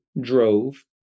drove